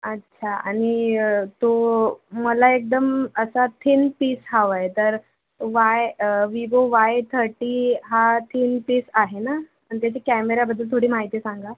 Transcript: अच्छा आणि तो मला एकदम असा थीन पीस हवा आहे तर वाय विवो वाय थर्टी हा थीन पीस आहे ना आणि त्याची कॅमेऱ्याबद्दल थोडी माहिती सांगा